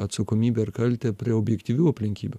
atsakomybę ir kaltę prie objektyvių aplinkybių